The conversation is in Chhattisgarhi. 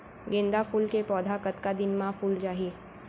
गेंदा फूल के पौधा कतका दिन मा फुल जाही?